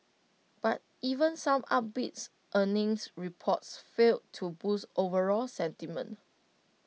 but even some up beats earnings reports failed to boost overall sentiment